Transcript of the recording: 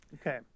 Okay